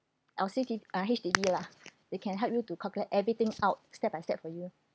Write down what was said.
L_C_T uh H_D_B lah they can help you to calculate everything out step by step for you